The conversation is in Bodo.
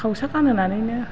खावसा गानहोनानैनो